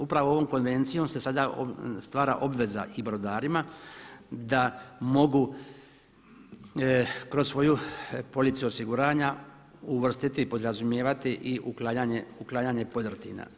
Upravo ovom konvencijom se sada stvara obveza i brodarima da mogu kroz svoju policu osiguranja uvrstiti i podrazumijevati i uklanjanje podrtina.